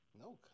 No